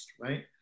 right